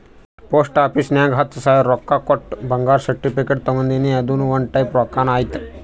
post office ನಾಗ್ ಹತ್ತ ಸಾವಿರ ರೊಕ್ಕಾ ಕೊಟ್ಟು ಬಂಗಾರದ ಸರ್ಟಿಫಿಕೇಟ್ ತಗೊಂಡಿನಿ ಅದುನು ಒಂದ್ ಟೈಪ್ ರೊಕ್ಕಾನೆ ಆತ್ತುದ್